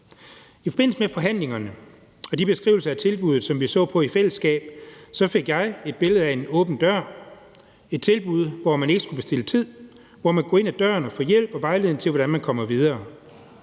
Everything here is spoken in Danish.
I forbindelse med forhandlingerne og de beskrivelser af tilbuddet, som vi så på i fællesskab, fik jeg et billede af en åben dør, altså et tilbud, hvor man ikke skulle bestille tid, men hvor man kunne gå ind ad døren og få hjælp og vejledning til, hvordan man kunne komme videre.